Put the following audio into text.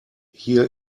hier